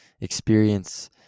experience